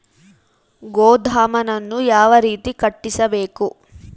ಗೋದಾಮನ್ನು ಯಾವ ರೇತಿ ಕಟ್ಟಿಸಬೇಕು?